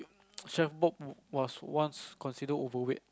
chef book was once considered overweight